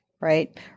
right